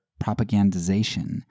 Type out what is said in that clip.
propagandization